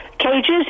Cages